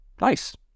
nice